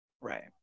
Right